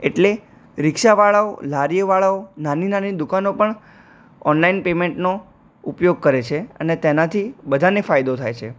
એટલે રિક્ષાવાળાઓ લારીઓવાળાઓ નાની નાની દુકાનો પણ ઓનલાઇન પેમેન્ટનો ઉપયોગ કરે છે અને તેનાથી બધાને ફાયદો થાય છે